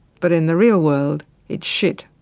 but in the real world it's shit.